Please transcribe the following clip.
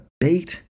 beat